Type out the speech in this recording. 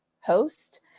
host